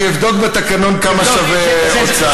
אני אבדוק בתקנון כמה שווה הוצאה.